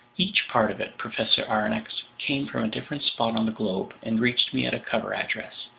each part of it, professor aronnax, came from a different spot on the globe and reached me at a cover address.